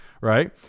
Right